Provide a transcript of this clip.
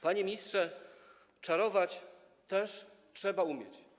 Panie ministrze, czarować też trzeba umieć.